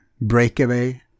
breakaway